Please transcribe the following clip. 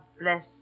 bless